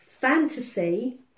fantasy